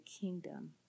kingdom